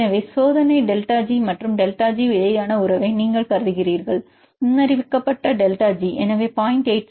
எனவே சோதனை delta G மற்றும் இடையேயான உறவை நீங்கள் கருதுகிறீர்கள் முன்னறிவிக்கப்பட்ட டெல்டா ஜி எனவே 0